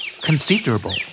Considerable